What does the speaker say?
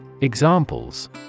Examples